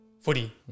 footy